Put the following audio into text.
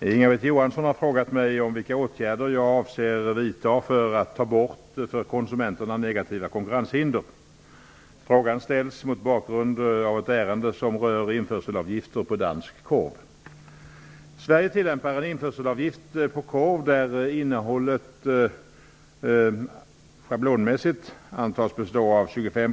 Inga-Britt Johansson har frågat mig om vilka åtgärder jag avser vidta för att ta bort för konsumenterna negativa konkurrenshinder. Frågan ställs mot bakgrund av ett ärende som rör införselavgifter på dansk korv.